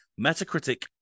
Metacritic